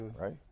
right